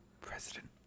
President